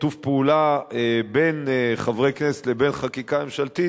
שיתוף פעולה בין חברי כנסת לבין חקיקה ממשלתית